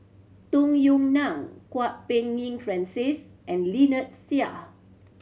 Tung Yue Nang Kwok Peng Yin Francis and Lynnette Seah